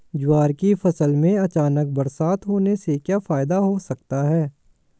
ज्वार की फसल में अचानक बरसात होने से क्या फायदा हो सकता है?